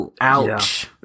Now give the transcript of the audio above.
ouch